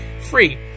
Free